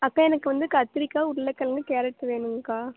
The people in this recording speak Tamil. அக்கா எனக்கு வந்து கத்திரிக்காய் உருளக்கிழங்கு கேரட் வேணுங்கக்கா